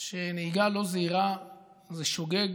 שנהיגה לא זהירה זה שוגג